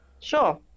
Sure